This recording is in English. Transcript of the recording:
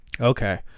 Okay